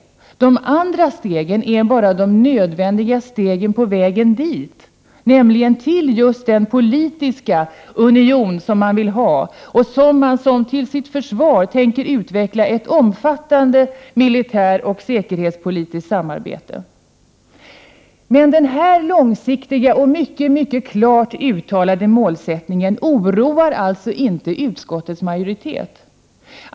De andra stegen är bara de som är nödvändiga på vägen dit, nämligen till just den politiska union som man vill ha och som man för att försvara tänker utveckla ett omfattande militäroch säkerhetspolitiskt samarbete kring. Denna långsiktiga och mycket klart uttalade målsättning oroar emellertid 15 inte utskottets majoritet.